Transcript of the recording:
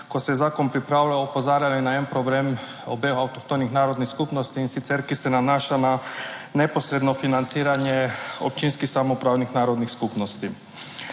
ko se je zakon pripravljal, opozarjali na en problem obeh avtohtonih narodnih skupnosti in sicer, ki se nanaša na neposredno financiranje občinskih samoupravnih narodnih skupnosti.